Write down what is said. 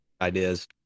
ideas